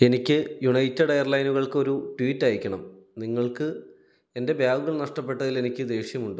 എനിക്ക് യുണൈറ്റഡ് എയർലൈനുകൾക്ക് ഒരു ട്വീറ്റ് അയയ്ക്കണം നിങ്ങൾക്ക് എന്റെ ബാഗുകൾ നഷ്ടപ്പെട്ടതിൽ എനിക്ക് ദേഷ്യമുണ്ട്